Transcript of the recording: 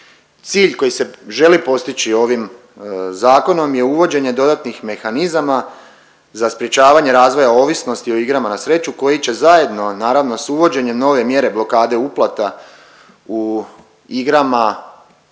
Cilj koji se želi postići ovim zakonom je uvođenje dodatnih mehanizama za sprečavanje razvoja ovisnosti o igrama na sreću koji će zajedno naravno s uvođenjem nove mjere blokade uplata u igrama